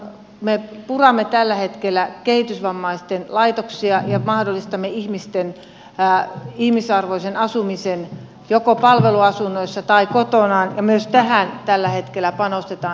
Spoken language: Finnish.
me puramme tällä hetkellä kehitysvammaisten laitoksia ja mahdollistamme ihmisten ihmisarvoisen asumisen joko palveluasunnossa tai kotona ja myös tähän tällä hetkellä panostetaan